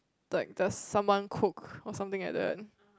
like does someone cook or something like that